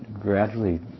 gradually